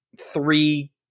three